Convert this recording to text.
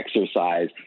exercise